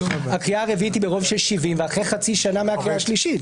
הקריאה הרביעית היא ברוב של 70 ואחרי חצי שנה מהקריאה השלישית.